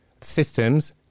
systems